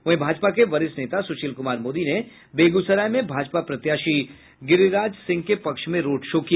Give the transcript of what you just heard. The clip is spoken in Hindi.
वहीं भाजपा के वरिष्ठ नेता सुशील कुमार मोदी ने बेगूसराय में भाजपा प्रत्याशी गिरिराज सिंह के पक्ष में रोड शो किया